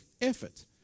effort